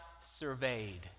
surveyed